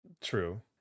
true